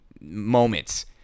moments